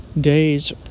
days